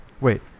wait